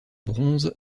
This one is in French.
bronze